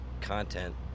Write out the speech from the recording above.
content